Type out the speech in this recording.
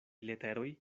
literoj